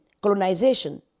colonization